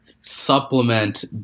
supplement